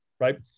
Right